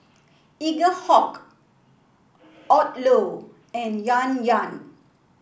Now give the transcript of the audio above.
Eaglehawk Odlo and Yan Yan